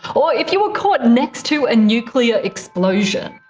ah if you were caught next to a nuclear explosion?